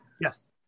Yes